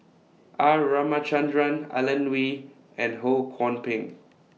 R Ramachandran Alan Oei and Ho Kwon Ping